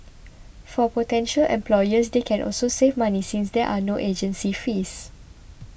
for potential employers they can also save money since there are no agency fees